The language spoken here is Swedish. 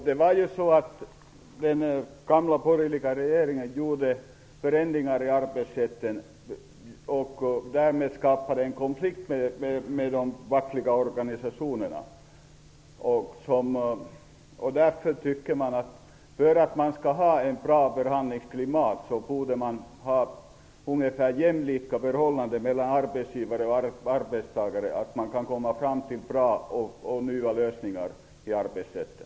Herr talman! Den gamla borgerliga regeringen gjorde förändringar i arbetsrätten och skapade därmed en konflikt med de fackliga organisationerna. För att man skall ha ett bra förhandlingsklimat borde man ha ungefär jämlika förhållanden mellan arbetsgivare och arbetstagare så att man kan komma fram till bra och nya lösningar vad gäller arbetsrätten.